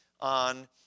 on